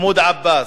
מחמוד עבאס,